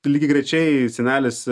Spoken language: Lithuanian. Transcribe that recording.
lygiagrečiai senelis